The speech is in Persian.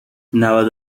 نود